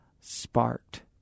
sparked